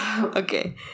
Okay